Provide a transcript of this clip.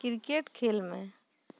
cricket ᱠᱷᱮᱹᱞ ᱢᱮ